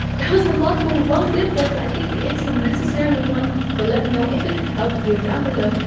that was a lot for one tip, but i think it's a necessary one, so let me know if it helped you down below.